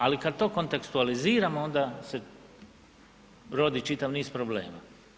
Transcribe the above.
Ali kad to kontekstualiziramo onda se rodi čitav niz problema.